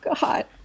God